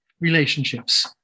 relationships